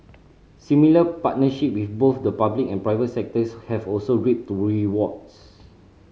similar partnership with both the public and private sectors have also reaped rewards